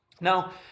Now